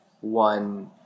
one